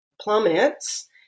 plummets